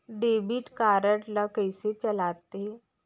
Debit card ला कइसे चलाते?